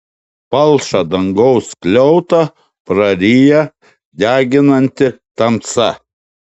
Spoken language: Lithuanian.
palšą dangaus skliautą praryja deginanti tamsa